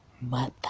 mother